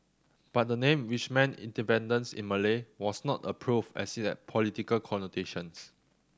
but the name which meant independence in Malay was not approved as it had political connotations